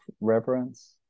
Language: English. reverence